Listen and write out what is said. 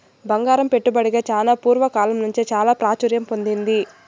బంగారం పెట్టుబడిగా చానా పూర్వ కాలం నుంచే చాలా ప్రాచుర్యం పొందింది